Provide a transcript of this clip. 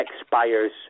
expires